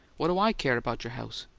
what do i care about your house?